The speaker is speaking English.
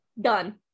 done